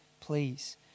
Please